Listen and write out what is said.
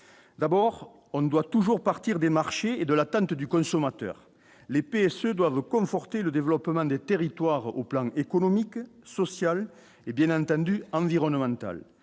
d'abord on ne doit toujours partir des marchés et de l'attente du consommateur les PSE doivent conforter le développement des territoires au plan économique, social et bien entendu environnemental,